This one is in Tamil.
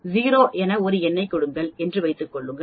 0 என ஒரு எண்ணைக் கொடுங்கள் என்று வைத்துக்கொள்வோம்